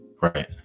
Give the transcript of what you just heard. Right